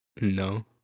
No